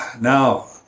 Now